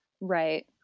Right